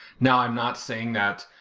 now, i'm not saying that